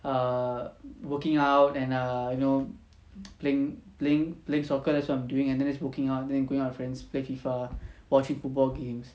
err working out and err you know playing playing playing soccer that's what I'm doing and there's working out then going out with friends play FIFA watching football games